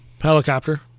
helicopter